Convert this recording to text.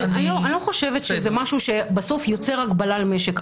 אני לא חושבת שבסוף זה משהו שיוצר הגבלה למשק.